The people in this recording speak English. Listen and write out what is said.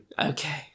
Okay